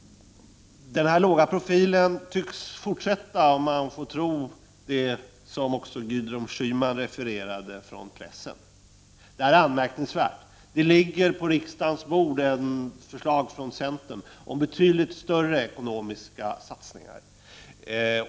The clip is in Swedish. Denna låga profil tycks fortsätta, om man får tro det som Gudrun Schyman refererade från pressen. Det är anmärkningsvärt. Det ligger på riksdagens bord ett förslag från centern om betydligt större ekonomiska satsningar.